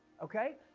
okay,